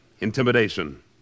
intimidation